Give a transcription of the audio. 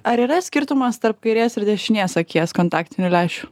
ar yra skirtumas tarp kairės ir dešinės akies kontaktinių lęšių